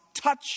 touch